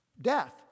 death